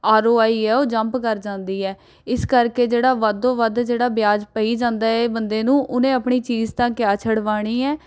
R O I ਹੈ ਉਹ jump ਕਰ ਜਾਂਦੀ ਹੈ ਇਸ ਕਰਕੇ ਜਿਹੜਾ ਵੱਧ ਤੋਂ ਵੱਧ ਜਿਹੜਾ ਵਿਆਜ ਪਈ ਜਾਂਦਾ ਹੈ ਬੰਦੇ ਨੂੰ ਉਹਨੇ ਆਪਣੀ ਚੀਜ਼ ਤਾਂ ਕਿਆ ਛਡਵਾਉਣੀ ਹੈ